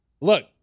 look